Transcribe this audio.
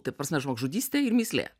ta prasme žmogžudystė ir mįslė